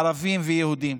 ערבים ויהודים,